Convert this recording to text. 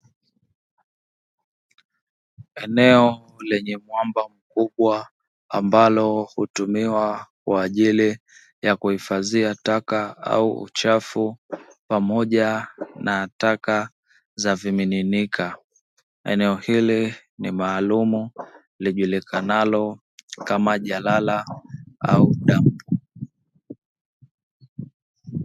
Eneo lenye mwamba mkubwa ambalo hutumiwa kwa ajili ya kuhifadhia taka au uchafu pamoja na taka za vimiminika, eneo hili ni maalumu lijulikabalo kama jalala au dampo.